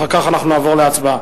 אחר כך אנחנו נעבור להצבעה.